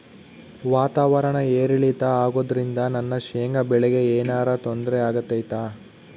ವಾತಾವರಣ ಏರಿಳಿತ ಅಗೋದ್ರಿಂದ ನನ್ನ ಶೇಂಗಾ ಬೆಳೆಗೆ ಏನರ ತೊಂದ್ರೆ ಆಗ್ತೈತಾ?